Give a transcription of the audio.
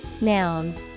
noun